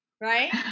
Right